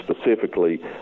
specifically